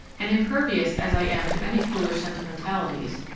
and impervious as i am to any foolish sentimentalities,